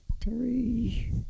three